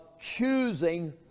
choosing